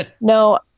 No